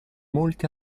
molti